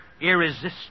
irresistible